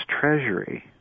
Treasury